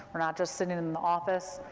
we're not just sitting in the office,